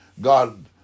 God